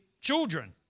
children